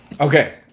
Okay